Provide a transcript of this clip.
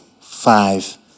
five